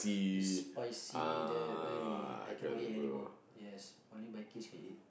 the spicy the eh I cannot eat anymore yes only my kids can eat